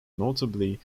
notably